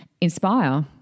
Inspire